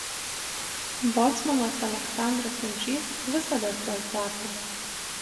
bocmanas aleksandras undžys visada atras darbo